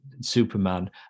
superman